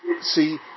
see